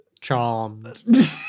charmed